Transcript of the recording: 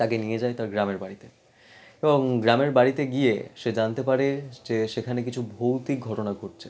তাকে নিয়ে যায় তার গ্রামের বাড়িতে এবং গ্রামের বাড়িতে গিয়ে সে জানতে পারে যে সেখানে কিছু ভৌতিক ঘটনা ঘটছে